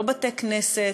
לא בתי-כנסת,